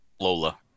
Lola